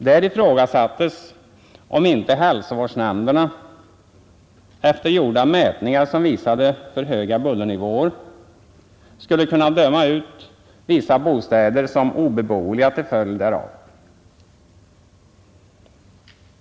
Där ifrågasattes om inte hälsovårdsnämnderna, efter gjorda mätningar som visade för höga bullernivåer, skulle kunna döma ut vissa bostäder som obeboeliga till följd därav.